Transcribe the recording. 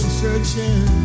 searching